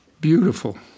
Beautiful